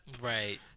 Right